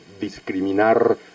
discriminar